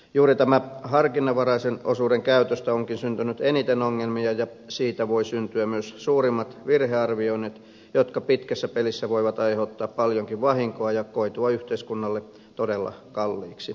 juuri tämän harkinnanvaraisen osuuden käytöstä onkin syntynyt eniten ongelmia ja siitä voi syntyä myös suurimmat virhearvioinnit jotka pitkässä pelissä voivat aiheuttaa paljonkin vahinkoa ja koitua yhteiskunnalle todella kalliiksi